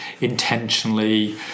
intentionally